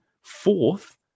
fourth